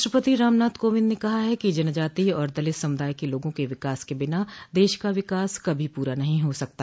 राष्ट्रपति रामनाथ कोविंद ने कहा है कि जनजातीय और दलित समुदाय के लोगों के विकास के बिना देश का विकास कभी पूरा नहीं हो सकता